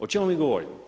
O čemu mi govorimo?